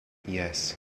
yes